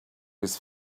his